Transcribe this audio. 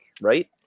right